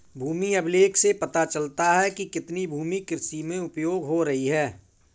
भूमि अभिलेख से पता चलता है कि कितनी भूमि कृषि में उपयोग हो रही है